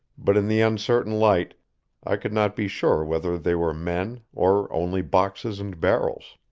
but in the uncertain light i could not be sure whether they were men, or only boxes and barrels.